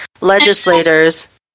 legislators